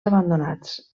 abandonats